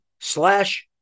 slash